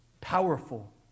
powerful